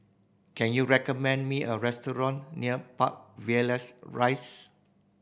can you recommend me a restaurant near Park Villas Rise